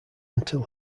until